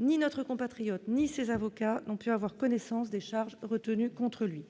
ni notre compatriote ni ses avocats n'ont pu avoir connaissance des charges retenues contre lui.